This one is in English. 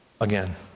again